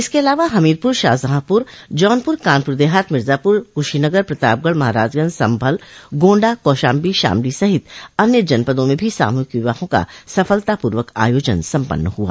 इसके अलावा हमीरपुर शाहजहांपुर जौनपुर कानपुर देहात मिर्जापुर कुशीनगर प्रतापगढ़ महराजगंज संभल गोण्डा कौशाम्बी शामली सहित अन्य जनपदों में भी सामूहिक विवाहों का सफलता पूर्वक आयोजन सम्पन्न हुआ